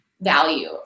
value